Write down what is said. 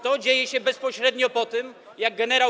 To dzieje się bezpośrednio po tym, jak gen.